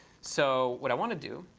so what i want to do